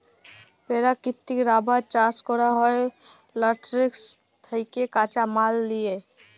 পেরাকিতিক রাবার চাষ ক্যরা হ্যয় ল্যাটেক্স থ্যাকে কাঁচা মাল লিয়ে